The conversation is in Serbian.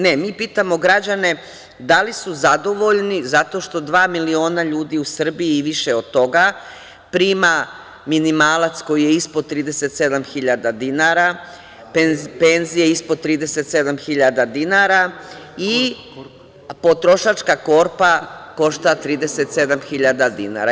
Ne, mi pitamo građane – da li su zadovoljni zato što dva miliona ljudi u Srbiji i više od toga prima minimalac koji je ispod 37 hiljada dinara, penzije ispod 37 hiljada dinara i potrošačka korpa košta 37 hiljada dinara?